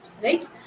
right